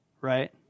Right